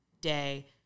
day